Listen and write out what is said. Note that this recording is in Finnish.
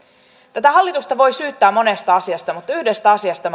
tätä hallitusta voi syyttää monesta asiasta mutta yhdestä asiasta